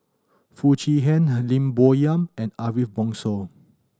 Foo Chee Han Lim Bo Yam and Ariff Bongso